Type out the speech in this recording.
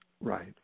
Right